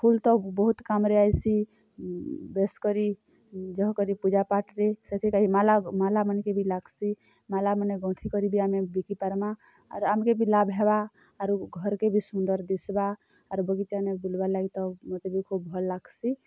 ଫୁଲ୍ ତ ବହୁତ୍ କାମ୍ରେ ଆଏସି ବେଶ୍କରି ଜହ କରି ପୂଜା ପାଠ୍ରେ ସେଥିର୍କାଜି ମାଲା ମାଲାମାନ୍କେ ବି ଲାଗ୍ସି ମାଲାମାନେ ଗୁନ୍ଥି କରି ବି ଆମେ ବିକି ପାର୍ମା ଆର୍ ଆମ୍କେ ବି ଲାଭ୍ ହେବା ଆରୁ ଘର୍କେ ବି ସୁନ୍ଦର୍ ଦିସ୍ବା ଆର୍ ବଗିଚାନେ ବୁଲ୍ବା ଲାଗି ତ ମୋତେ ବି ଖୋବ୍ ଭଲ୍ ଲାଗ୍ସି